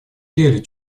деле